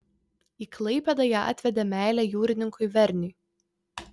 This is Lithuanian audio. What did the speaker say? į klaipėdą ją atvedė meilė jūrininkui verniui